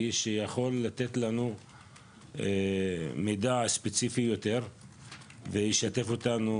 שיכול לתת לנו מידע ספציפי יותר ולשתף אותנו